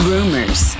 Rumors